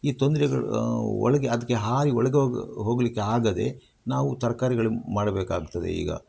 ಈ ತೊಂದರೆಗಳು ಒಳಗೆ ಅದಕ್ಕೆ ಹಾರಿ ಒಳಗೆ ಹೋಗಿ ಹೋಗಲಿಕ್ಕೆ ಆಗದೇ ನಾವು ತರ್ಕಾರಿಗಳನ್ನ ಮಾಡಬೇಕಾಗ್ತದೆ ಈಗ